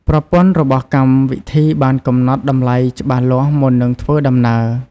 ប្រព័ន្ធរបស់កម្មវិធីបានកំណត់តម្លៃច្បាស់លាស់មុននឹងធ្វើដំណើរ។